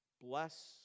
bless